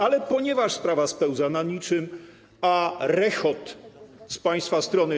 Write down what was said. Ale ponieważ sprawa spełzła na niczym, a stadny rechot z państwa strony.